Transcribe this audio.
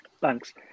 Thanks